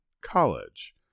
college